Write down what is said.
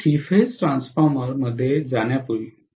आम्ही three phase transformer मध्ये जाण्यापूर्वी